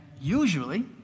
usually